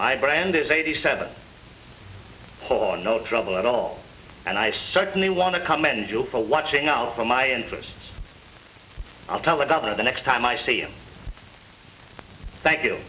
i brand it eighty seven or no trouble at all and i certainly want to commend you all for watching out for my interests i'll tell the governor the next time i see him thank you